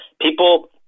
People